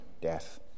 death